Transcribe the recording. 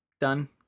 Done